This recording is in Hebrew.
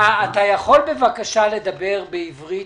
אתה יכול בבקשה לדבר בעברית,